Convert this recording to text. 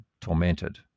tormented